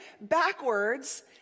backwards